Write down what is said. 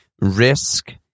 risk